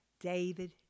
David